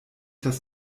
das